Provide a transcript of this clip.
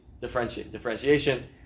differentiation